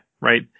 right